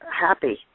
happy